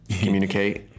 communicate